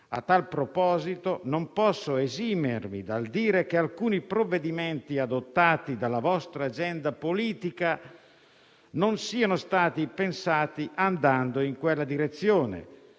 A tal proposito, non posso esimermi dal dire che alcuni provvedimenti adottati dalla vostra agenda politica sono stati pensati andando in quella direzione.